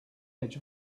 edge